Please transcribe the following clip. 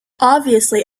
obviously